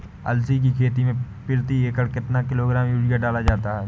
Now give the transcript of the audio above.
अलसी की खेती में प्रति एकड़ कितना किलोग्राम यूरिया डाला जाता है?